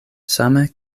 same